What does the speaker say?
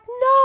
no